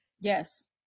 Yes